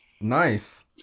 nice